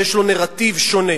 ויש לו נרטיב שונה,